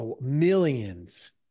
millions